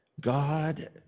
God